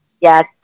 Yes